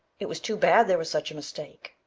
it was too bad there was such a mistake,